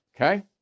okay